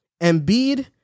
Embiid